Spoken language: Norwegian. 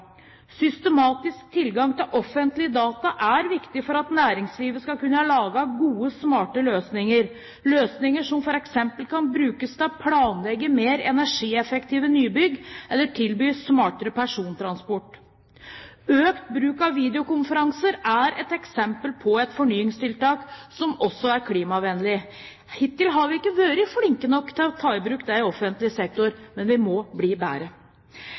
Systematisk tilgang til offentlige data er viktig for at næringslivet skal kunne lage gode, smarte løsninger, løsninger som f.eks. kan brukes til å planlegge mer energieffektive nybygg eller tilby smartere persontransport. Økt bruk av videokonferanser er et eksempel på et fornyingstiltak som også er klimavennlig. Hittil har vi ikke vært flinke nok til å ta i bruk det i offentlig sektor, men vi må bli bedre.